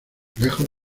lejos